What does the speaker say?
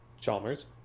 Chalmers